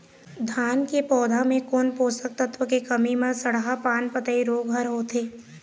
धान के पौधा मे कोन पोषक तत्व के कमी म सड़हा पान पतई रोग हर होथे?